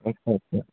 ਅੱਛਾ ਅੱਛਾ